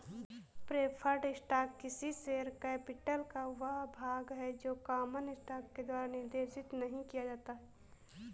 preferred stock किसी share capital का वह भाग है जो कॉमन स्टॉक के द्वारा निर्देशित नहीं किया जाता है